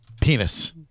penis